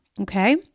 okay